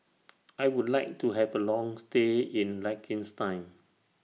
I Would like to Have A Long stay in Liechtenstein